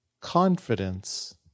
confidence